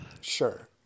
Sure